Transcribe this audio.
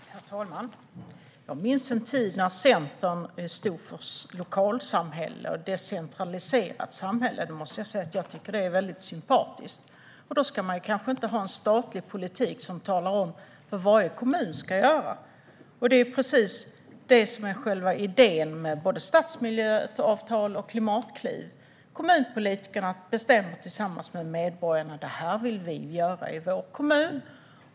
Herr talman! Jag minns en tid när Centern stod för lokalsamhälle och ett decentraliserat samhälle. Jag måste säga att jag tycker att det är väldigt sympatiskt. Då kanske man inte ska ha en statlig politik som talar om hur varje kommun ska göra. Det är själva idén med både stadsmiljöavtalen och Klimatklivet: att kommunpolitikerna bestämmer tillsammans med medborgarna vad de vill göra i sin kommun.